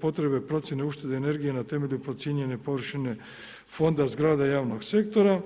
potrebe procjene uštede energije na temelju procijenjene površine fonda zgrada javnog sektora.